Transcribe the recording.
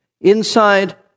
inside